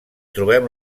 trobem